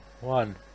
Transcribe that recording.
One